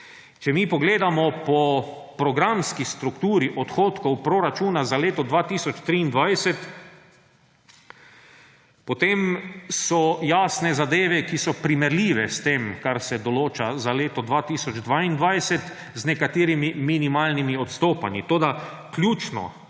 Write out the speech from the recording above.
Če mi pogledamo po programski strukturi odhodkov proračuna za leto 2023, potem so jasne zadeve, ki so primerljive s tem, kar se določa za leto 2022, z nekaterimi minimalnimi odstopanji.